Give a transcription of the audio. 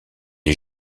est